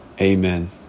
amen